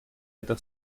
это